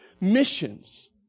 missions